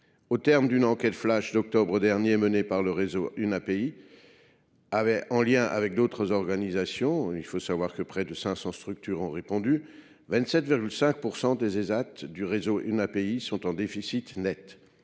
Aux termes d’une enquête flash d’octobre 2023 menée par le réseau Unapei, en lien avec d’autres organisations, et à laquelle près de 500 structures ont répondu, 27,5 % des Ésat du réseau Unapei sont en déficit net.